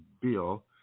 Bill